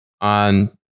on